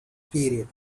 period